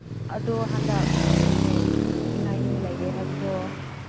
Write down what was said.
ꯑꯗꯣ ꯍꯟꯗꯛ ꯀꯩꯅꯣ ꯂꯨꯏꯉꯥꯏꯅꯤ ꯂꯩꯌꯦ ꯍꯥꯏꯕꯗꯣ